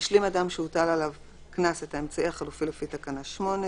השלים אדם שהוטל עליו קנס את האמצעי החלופי לפי תקנה 8,